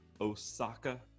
Osaka